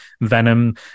Venom